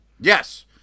Yes